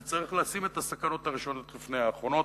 וצריך לשים את הסכנות הראשונות לפני האחרונות.